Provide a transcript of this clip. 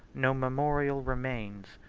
no memorial remains.